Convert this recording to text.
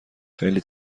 خیلی